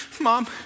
mom